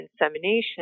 insemination